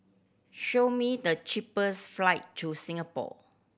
show me the cheapest flight to Singapore